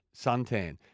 suntan